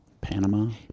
Panama